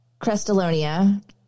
Crestalonia